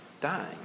dying